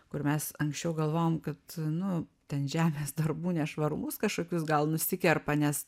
kur mes anksčiau galvojom kad nu ten žemės darbų nešvarumus kažkokius gal nusikerpa nes